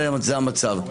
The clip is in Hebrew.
זה המצב.